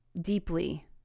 deeply